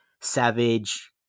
savage